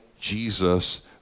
Jesus